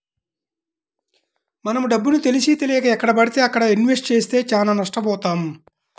మనం డబ్బుని తెలిసీతెలియక ఎక్కడబడితే అక్కడ ఇన్వెస్ట్ చేస్తే చానా నష్టబోతాం